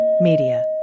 Media